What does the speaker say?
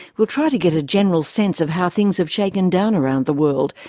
we'll try to get a general sense of how things have shaken down around the world,